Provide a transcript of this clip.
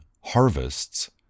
harvests